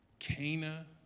Cana